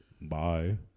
Bye